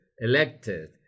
elected